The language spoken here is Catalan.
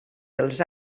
dels